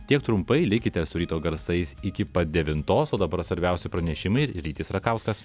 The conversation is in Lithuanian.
tiek trumpai likite su ryto garsais iki pat devintos o dabar svarbiausia pranešime rytis rakauskas